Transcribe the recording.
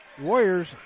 Warriors